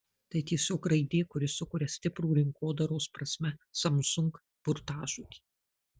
tai tiesiog raidė kuri sukuria stiprų rinkodaros prasme samsung burtažodį